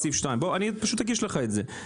בוא, אני פשוט אגיש לך את זה.